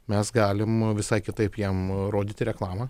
mes galim visai kitaip jam rodyti reklamą